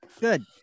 Good